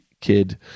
kid